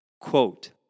Quote